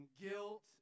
guilt